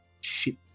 ship